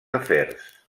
afers